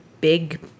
big